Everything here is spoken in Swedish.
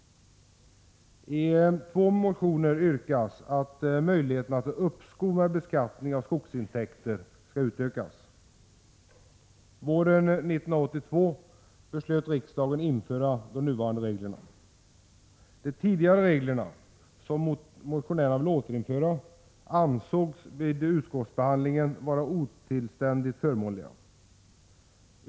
I två motioner yrkas att möjligheterna till uppskov med beskattningen av skogsintäkter skall utökas. Våren 1982 beslöt riksdagen införa de nuvarande reglerna. De tidigare reglerna, som motionärerna vill återinföra, ansågs vid utskottsbehandlingen vara otillständigt förmånliga.